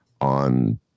on